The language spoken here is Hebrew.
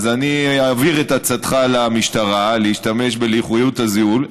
אני אעביר את הצעתך למשטרה להשתמש בלוחיות הזיהוי,